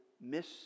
miss